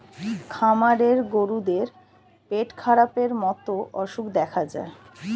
খামারের গরুদের পেটখারাপের মতো অসুখ দেখা যায়